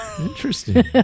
Interesting